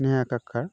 Neha Kakkar